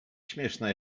śmieszna